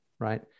right